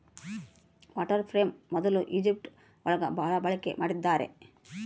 water frame ಮೊದ್ಲು Egypt ಒಳಗ ಭಾಳ ಬಳಕೆ ಮಾಡಿದ್ದಾರೆ